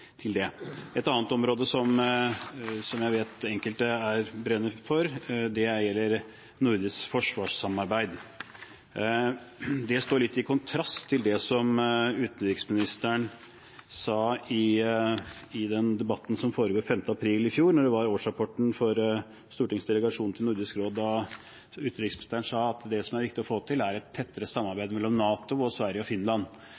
til det. Et annet område som jeg vet at enkelte her brenner for, er nordisk forsvarssamarbeid. Det står litt i kontrast til det som utenriksministeren sa i den debatten som foregikk den 5. februar i fjor, om årsrapporten fra Stortingets delegasjon til Nordisk råd. Da sa utenriksministeren at det som er viktig å få til, er et tettere samarbeid mellom NATO og Sverige og Finland.